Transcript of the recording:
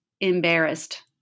embarrassed